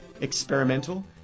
experimental